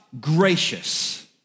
gracious